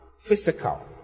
physical